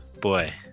boy